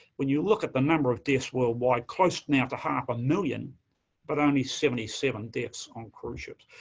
when you look at the number of deaths worldwide close now to half a million but only seventy seven deaths on cruise ships.